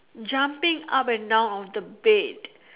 jumping up and down on the bed